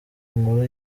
nkuru